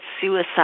suicide